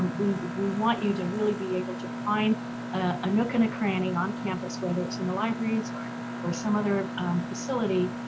and we we want you to really be able to find a nook and a cranny on campus, whether it's in the libraries or or some other facility,